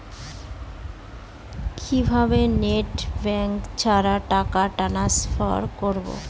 কিভাবে net banking ছাড়া টাকা ট্রান্সফার করবো?